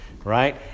right